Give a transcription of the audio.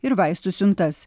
ir vaistų siuntas